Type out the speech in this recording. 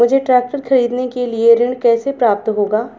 मुझे ट्रैक्टर खरीदने के लिए ऋण कैसे प्राप्त होगा?